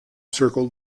circled